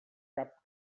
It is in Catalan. cap